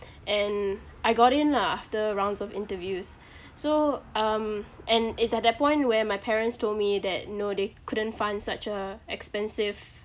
and I got in lah after rounds of interviews so um and it's at that point where my parents told me that no they couldn't fund such a expensive